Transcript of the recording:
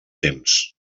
temps